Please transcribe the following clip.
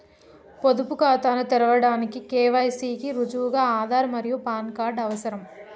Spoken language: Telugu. పొదుపు ఖాతాను తెరవడానికి కే.వై.సి కి రుజువుగా ఆధార్ మరియు పాన్ కార్డ్ అవసరం